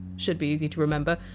should be easy to remember.